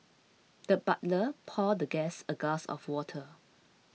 the butler poured the guest a glass of water